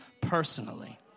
personally